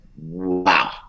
Wow